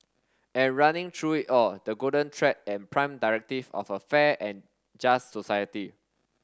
and running through it all the golden thread and prime directive of a fair and just society